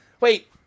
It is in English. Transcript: Wait